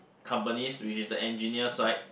companies which is the engineer side